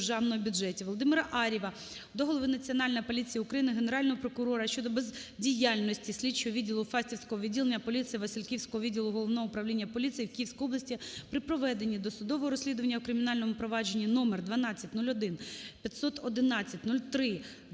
Володимира Ар'єва до Голови Національної поліції України, Генерального прокурора щодо бездіяльності Слідчого відділу Фастівського відділення поліції Васильківського відділу Головного управління поліції у Київській області при проведенні досудового розслідування у кримінальному провадженні №12015110310000902